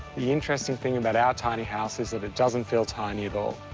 the interesting thing about our tiny house is that it doesn't feel tiny at all.